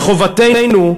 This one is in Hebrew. וחובתנו,